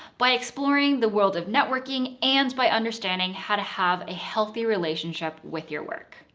by exploring the world of networking, and by understanding how to have a healthy relationship with your work.